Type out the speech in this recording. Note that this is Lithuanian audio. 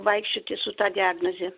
vaikščioti su ta diagnoze